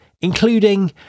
including